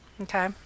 okay